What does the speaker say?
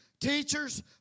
teachers